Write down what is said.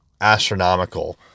astronomical